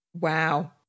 Wow